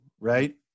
right